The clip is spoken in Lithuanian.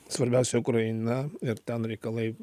svarbiausia ukraina ir ten reikalai